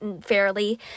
fairly